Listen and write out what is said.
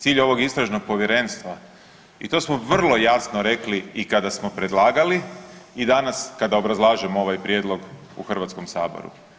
Cilj ovog istražnog povjerenstva i to smo vrlo jasno rekli i kada smo predlagali i danas kada obrazlažemo ovaj prijedlog u Hrvatskom saboru.